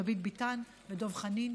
דוד ביטן ודב חנין.